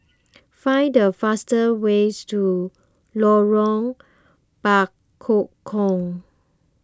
find the fastest way to Lorong Bekukong